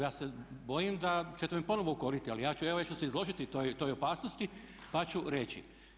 Ja se bojim da ćete me ponovo ukoriti ali evo ja ću se izložiti toj opasnosti pa ću reći.